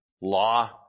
law